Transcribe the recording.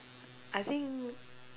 I think